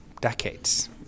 decades